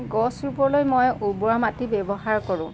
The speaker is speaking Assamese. গছ ৰুবলৈ মই উৰ্বৰা মাটি ব্যৱহাৰ কৰোঁ